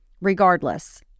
regardless